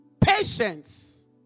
patience